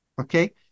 okay